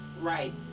Right